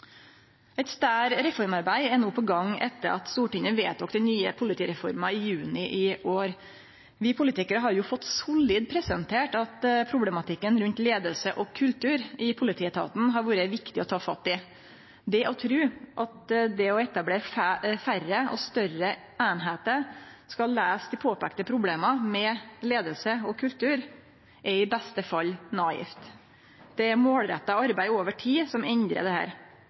Eit større reformarbeid er no på gang etter at Stortinget vedtok den nye politireforma i juni i år. Vi politikarar har fått solid presentert at problematikken rundt leiing og kultur i politietaten har det vore viktig å ta fatt i. Å tru at det å etablere færre og større einingar skal løyse dei problema ein har påpeikt med leiing og kultur, er i beste fall naivt. Det er målretta arbeid over tid som endrar dette. Tankegang og praksis må bli endra, og det